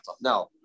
Now